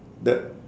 the